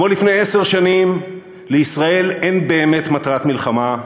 כמו לפני עשר שנים, לישראל אין באמת מטרת מלחמה,